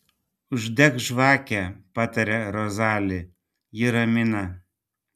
uždek žvakę pataria rozali ji ramina